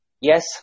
Yes